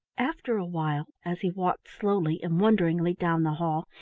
after a while, as he walked slowly and wonderingly down the hall,